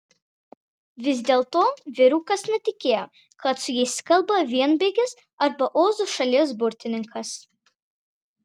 vis dėlto vyrukas netikėjo kad su jais kalba vienbėgis arba ozo šalies burtininkas